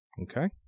Okay